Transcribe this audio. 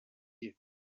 you